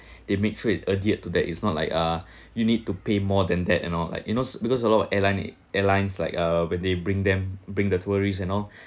they make sure it adhered to that it's not like uh you need to pay more than that and all like you know because a lot of airline airlines like uh) when they bring them bring the tourists and all